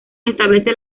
establece